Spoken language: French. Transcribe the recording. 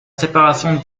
séparation